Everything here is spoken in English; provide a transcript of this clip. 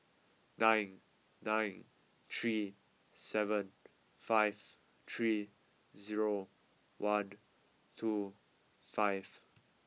nine nine three seven five three zero one two five